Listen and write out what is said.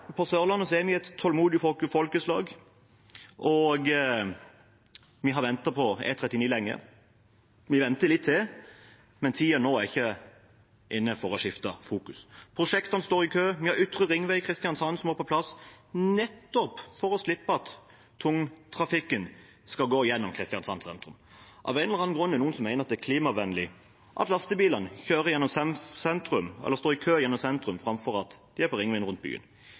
på Sørlandet er vi et tålmodig folkeslag, og vi har ventet på E39 lenge. Vi venter litt til, men tiden er ikke inne til å skifte fokus. Prosjektene står i kø. Vi har ytre ringvei i Kristiansand som må på plass nettopp for å slippe at tungtrafikken skal gå gjennom Kristiansand sentrum. Av en eller annen grunn er det noen som mener det er klimavennlig at lastebilene kjører eller står i kø gjennom sentrum, framfor at de er på ringveien rundt byen.